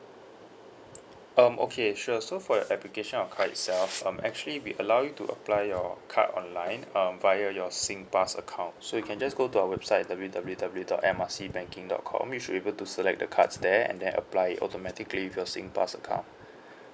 um okay sure so for your application of card itself um actually we allow you to apply your card online um via your singpass account so you can just go to our website W W W dot M R C banking dot com you should able to select the cards there and then apply it automatically with your Singpass account